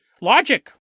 logic